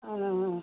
ہاں